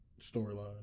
storyline